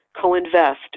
co-invest